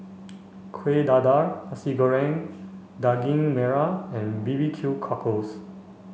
Kueh Dadar Nasi Goreng Daging Merah and B B Q Cockle